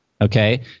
Okay